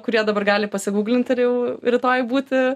kurie dabar gali pasiguglinti ar jau rytoj būti